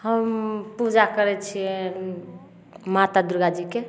हम पूजा करय छियै माता दुर्गा जीके